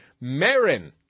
Marin